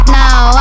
now